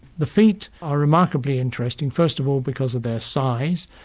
the feet are remarkably interesting, first of all because of their size,